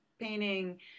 painting